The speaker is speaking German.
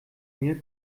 mir